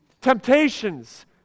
Temptations